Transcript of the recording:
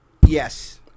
Yes